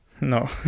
No